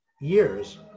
years